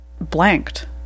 blanked